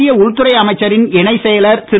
மத்திய உள்துறை அமைச்சர் இணைச் செயலர் திரு